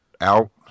out